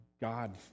God